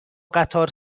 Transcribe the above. قطار